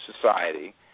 society